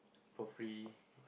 for free